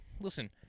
listen